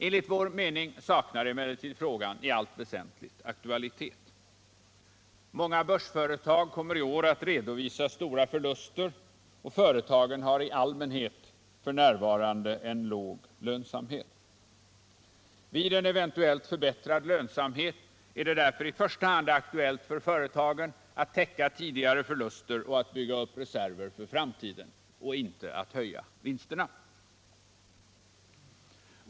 Enligt vår uppfattning saknar frågan emellertid i allt väsentligt aktualitet. Många börsföretag kommer i år att redovisa stora förluster, och företagen har i allmänhet f. n. en låg lönsamhet. Vid en eventuellt förbättrad lönsamhet är det därför i första hand aktuellt för företagen att täcka tidigare förluster och att bygga upp reserver för framtiden, inte att öka vinsterna.